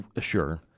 Sure